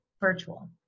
virtual